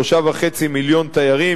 3.5 מיליון תיירים,